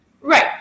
Right